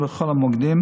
מוקדים,